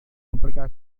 aplikasi